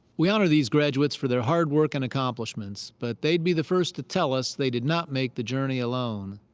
we honor these graduates for their hard work and accomplishments. but they'd be the first to tell us they did not make the journey alone.